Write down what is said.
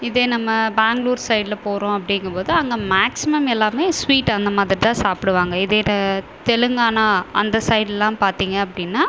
இதே நம்ம பெங்களூர் சைடில் போகறோம் அப்படிங்கும்போது அங்கே மேக்ஸிமம் எல்லாருமே ஸ்வீட் அந்த மாதிரிதான் சாப்பிடுவாங்க இதே த தெலுங்கானா அந்த சைடுலாம் பார்த்திங்க அப்படின்னா